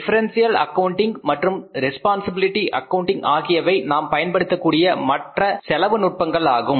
differential accounting மற்றும் responsibility accounting ஆகியவை நாம் பயன்படுத்தக்கூடிய மற்ற செலவு நுட்பங்கள் ஆகும்